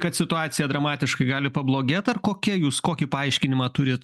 kad situacija dramatiškai gali pablogėt ar kokia jūs kokį paaiškinimą turit